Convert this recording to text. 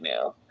now